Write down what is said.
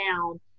down